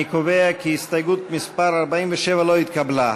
אני קובע כי הסתייגות מס' 47 לא התקבלה.